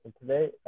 today